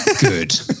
Good